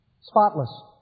Spotless